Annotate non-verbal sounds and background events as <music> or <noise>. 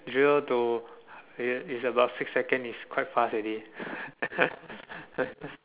drill to it it's about six seconds it's quite fast already <laughs>